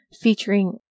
featuring